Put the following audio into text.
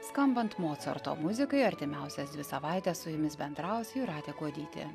skambant mocarto muzikai artimiausias dvi savaites su jumis bendraus jūratė kuodytė